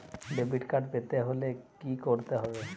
Debit card পেতে হলে কি করতে হবে?